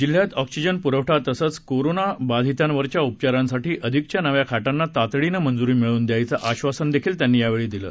जिल्हयात ऑक्सिजन पुरवठा तसंच कोरोना बाधितांवरच्या उपचारांसाठी अधिकच्या नव्या खाटांना तातडीनं मंजुरी मिळवून द्यायचं आधासनही त्यांनी यावेळी दिलं